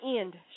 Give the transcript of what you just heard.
end